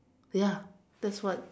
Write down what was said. ya that's what